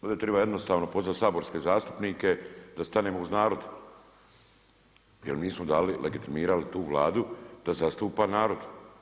Ovdje triba jednostavno pozvat saborske zastupnike da stanemo uz narod jer nisu dali, legitimirali tu Vladu da zastupa narod.